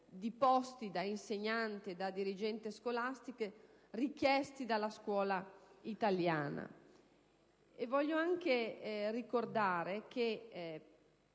di posti da insegnante o da dirigente scolastico richiesti dalla scuola italiana. Voglio ricordare